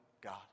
God